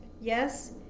Yes